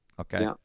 Okay